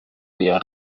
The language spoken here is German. wer